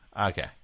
Okay